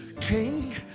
King